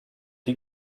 die